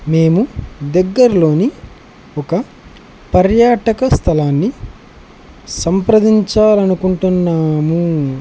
మేము దగ్గర్లోని ఒక పర్యాటక స్థలాన్ని సంప్రదించాలని అనుకుంటున్నాము